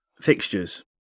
fixtures